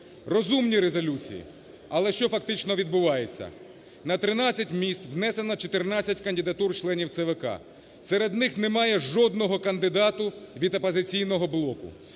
Розумні резолюції. Але що фактично відбувається? На 13 місць внесено 14 кандидатур членів ЦВК. Серед них немає жодного кандидату від "Опозиційного блоку".